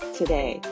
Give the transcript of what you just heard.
today